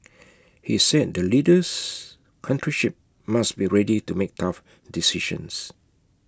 he said the leader's country ship must be ready to make tough decisions